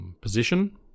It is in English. Position